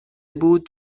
بود